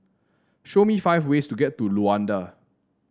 show me five ways to get to Luanda